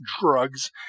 drugs